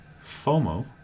FOMO